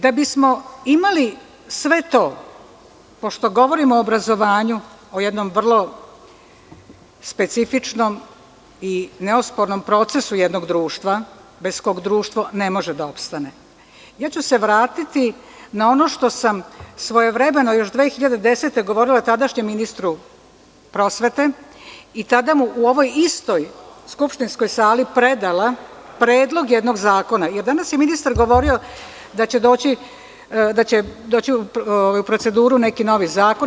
Da bismo imali sve to, pošto govorimo o obrazovanju, o jednom vrlo specifičnom i neospornom procesu jednog društva, bez kog društvo ne može da opstane, ja ću se vratiti na ono što sam svojevremeno još 2010. godine govorila tadašnjem ministru prosvete i tada mu u ovoj istoj skupštinskoj sali predala, predlog jednog zakona, jer danas je ministar govorio da će doći u proceduru neki novi zakon.